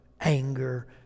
anger